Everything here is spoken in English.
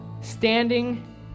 standing